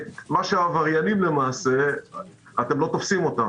מה שהעבריינים אתם לא תופסים אותם.